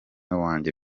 wanjye